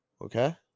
Okay